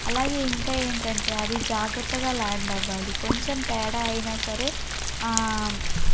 అలాగే ఇంకా ఏంటంటే అది జాగ్రత్తగా ల్యాండ్ అవ్వాలి కొంచెం తేడా అయినా సరే